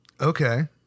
Okay